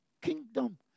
Kingdom